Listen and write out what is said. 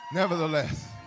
Nevertheless